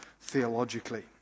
theologically